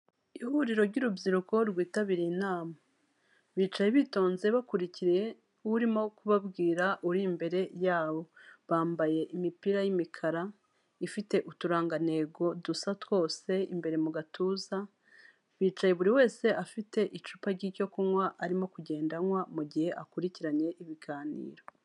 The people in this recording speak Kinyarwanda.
Ihuriro ry'urubyiruko rwitabiriye inama, bicaye bitonze bakurikiye urimo kubabwira uri imbere yabo, bambaye imipira y'imikara ifite uturangantego dusa twose, imbere mu gatuza bicaye buri wese afite icupa ry''icyo kunywa arimo kugenda anywa mu gihe akurikiranye ibiganiro.